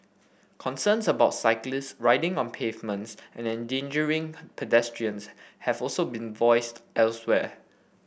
concerns about cyclist riding on pavements and endangering pedestrians have also been voiced elsewhere